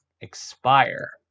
expire